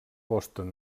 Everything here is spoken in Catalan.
boston